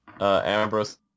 Ambrose